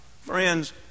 Friends